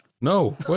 No